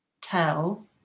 tell